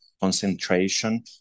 concentration